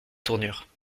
tournure